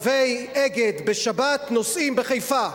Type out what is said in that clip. קווי אגד בשבת נוסעים בחיפה.